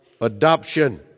adoption